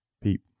Peep